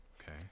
okay